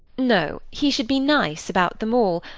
no he should be nice about them all,